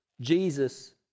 Jesus